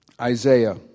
Isaiah